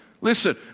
Listen